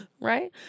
right